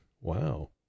Wow